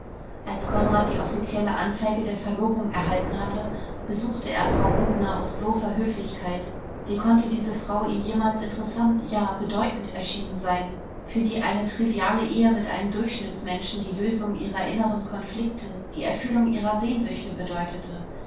als konrad die offizielle anzeige der verlobung erhalten hatte besuchte er frau rubner aus bloßer höflichkeit wie konnte diese frau ihm jemals interessant ja bedeutend erschienen sein für die eine triviale ehe mit einem durchschnittsmenschen die lösung ihrer inneren konflikte die erfüllung ihrer sehnsüchte bedeutete